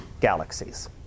galaxies